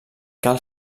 cal